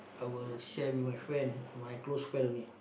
I will share with my friend my close friend only